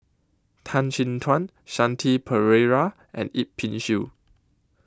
Tan Chin Tuan Shanti Pereira and Yip Pin Xiu